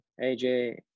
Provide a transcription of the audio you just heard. AJ